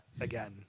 Again